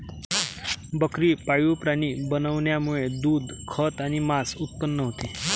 बकरी पाळीव प्राणी बनवण्यामुळे दूध, खत आणि मांस उत्पन्न होते